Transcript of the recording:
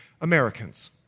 Americans